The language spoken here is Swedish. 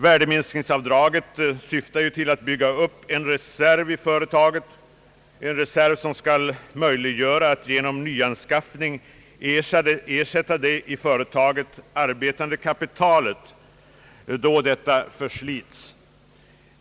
Värdeminskningsavdraget syftar ju till att bygga upp en reserv inom företagen, vilken skall möjliggöra att genom nyanskaffning ersätta det i företaget arbetande kapitalet när detta förslits.